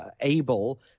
able